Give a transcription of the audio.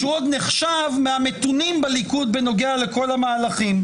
שהוא עוד נחשב מהמתונים בליכוד בנוגע לכל המהלכים,